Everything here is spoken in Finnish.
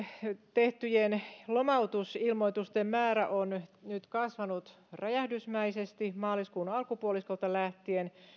tehtyjen lomautusilmoitusten määrä on nyt kasvanut räjähdysmäisesti maaliskuun alkupuoliskolta lähtien